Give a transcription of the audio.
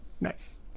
Nice